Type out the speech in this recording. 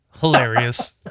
Hilarious